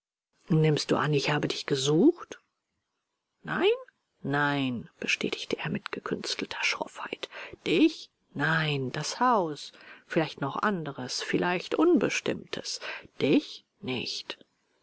nimmst du an ich habe dich gesucht nein nein bestätigte er mit gekünstelter schroffheit dich nein das haus vielleicht noch anderes vielleicht unbestimmtes dich nicht